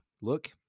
Look